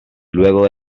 luego